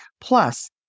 Plus